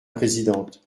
présidente